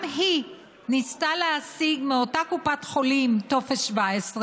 גם היא ניסתה להשיג מאותה קופת חולים טופס 17,